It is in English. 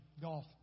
golf